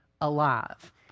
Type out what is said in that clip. alive